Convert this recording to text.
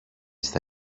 στα